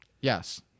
Yes